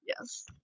Yes